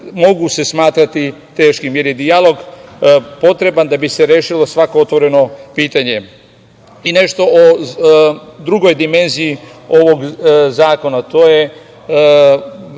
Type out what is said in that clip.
mogu se smatrati teškim, jer je dijalog potreban da bi se rešilo svako otvoreno pitanje. Nešto o drugoj dimenziji ovog zakona, a to je